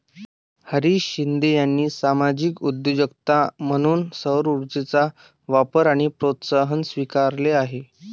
हरीश शिंदे यांनी सामाजिक उद्योजकता म्हणून सौरऊर्जेचा वापर आणि प्रोत्साहन स्वीकारले आहे